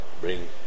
bring